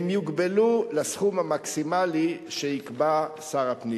הם יוגבלו לסכום המקסימלי שיקבע שר הפנים.